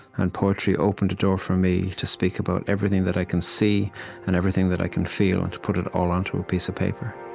and poetry opened a door for me to speak about everything that i can see and everything that i can feel and to put it all onto a piece of paper